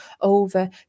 over